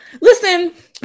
Listen